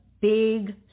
big